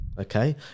Okay